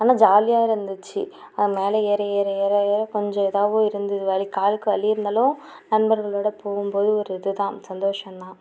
ஆனால் ஜாலியாக இருந்துச்சு அது மேலே ஏற ஏற ஏற ஏற கொஞ்சம் இதாகவும் இருந்தது வலி காலுக்கு வலி இருந்தாலும் நண்பர்களோட போகும் போது ஒரு இது தான் சந்தோஷம் தான்